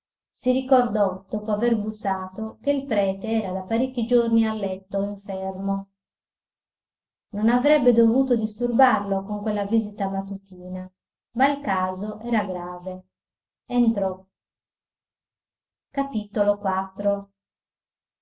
si ricordò dopo aver bussato che il prete era da parecchi giorni a letto infermo non avrebbe dovuto disturbarlo con quella visita mattutina ma il caso era grave entrò